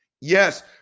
Yes